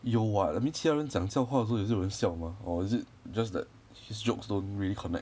有 what I mean 其他的人讲笑话的时候也是有人笑 mah or is it just that his jokes don't really connect